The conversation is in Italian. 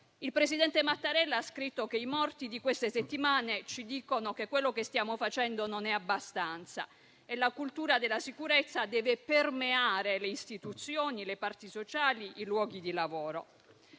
Il presidente Mattarella ha scritto che i morti di queste settimane ci dicono che quello che stiamo facendo non è abbastanza e che la cultura della sicurezza deve permeare le istituzioni, le parti sociali e i luoghi di lavoro.